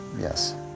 Yes